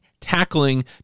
tackling